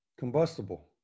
combustible